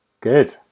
Good